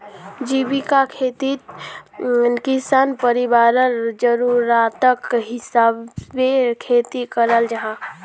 जीविका खेतित किसान परिवारर ज़रूराटर हिसाबे खेती कराल जाहा